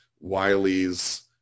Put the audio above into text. Wiley's